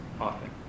often